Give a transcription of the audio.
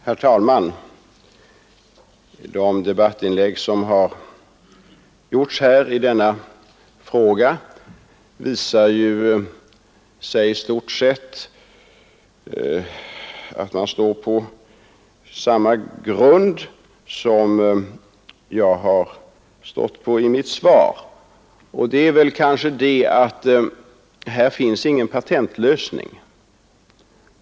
Herr talman! De debattinlägg som gjorts i denna fråga visar ju att man i stort sett står på samma grund som jag har stått på i mitt svar, och det är väl att här finns ingen patentlösning.